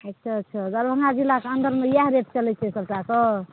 अच्छा अच्छा दरभङ्गा जिलाके अन्दर मे इएह रेट चलैत छै सबटा कऽ